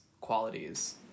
qualities